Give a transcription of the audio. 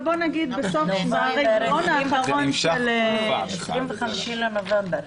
אבל בואו נגיד ברבעון האחרון של 2018. ב-25 בנובמבר.